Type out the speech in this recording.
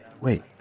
Wait